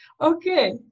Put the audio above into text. okay